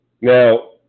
Now